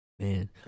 Man